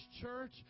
church